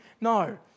no